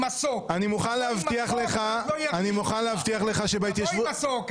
עם מסוק --- אני מוכן להבטיח לך שבהתיישבות --- תבוא עם מסוק.